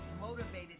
motivated